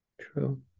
True